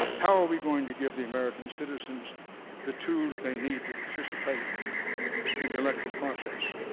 how are we going to give the american citizens the tools they need to participate in the electoral process?